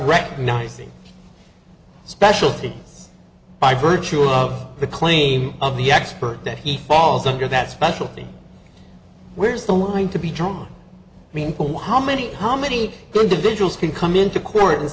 recognizing specialty by virtue of the claim of the expert that he falls under that specialty where's the line to be drawn i mean how many how many individuals can come into court and